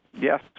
Yes